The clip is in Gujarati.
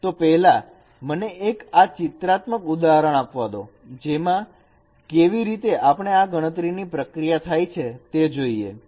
તો પહેલા મને એક ચિત્રાત્મક ઉદાહરણ આપવા દો જેમાં કેવી રીતે આ ગણતરી ની પ્રક્રિયા થાય છે તે જોઈએ